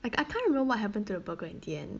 I I can't remember what happened to the burger in the end